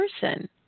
person